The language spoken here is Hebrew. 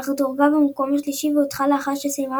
אך דורגה במקום השלישי והודחה לאחר שסיימה